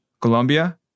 Colombia